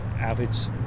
athletes